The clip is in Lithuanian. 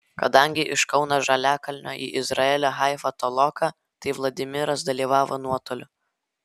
kadangi iš kauno žaliakalnio į izraelio haifą toloka tai vladimiras dalyvavo nuotoliu